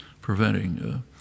preventing